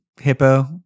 hippo